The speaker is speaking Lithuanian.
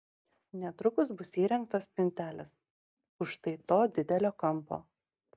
netrukus bus įrengtos spintelės už štai to didelio kampo